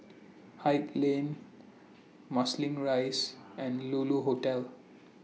Haig Lane Marsiling Rise and Lulu Hotel